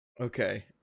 Okay